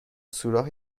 سوراخ